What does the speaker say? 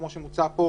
כמו שמוצע פה,